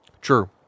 True